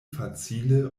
facile